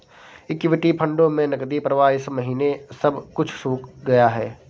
equity फंडों में नकदी प्रवाह इस महीने सब कुछ सूख गया है